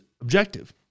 objective